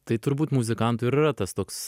tai turbūt muzikantų ir yra tas toks